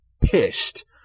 pissed